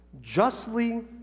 justly